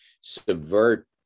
subvert